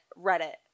Reddit